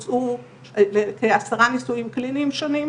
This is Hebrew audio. יהיו כאלה שהם באמת בעלי פוטנציאל לגרימת